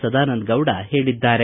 ಸದಾನಂದ ಗೌಡ ಹೇಳಿದ್ದಾರೆ